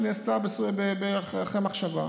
היא נעשתה אחרי מחשבה.